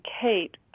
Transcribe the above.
Kate